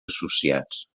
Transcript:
associats